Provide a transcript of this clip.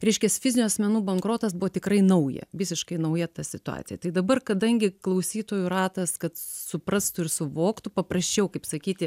reiškias fizinių asmenų bankrotas buvo tikrai nauja visiškai nauja ta situacija tai dabar kadangi klausytojų ratas kad suprastų ir suvoktų paprasčiau kaip sakyti